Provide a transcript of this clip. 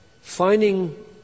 finding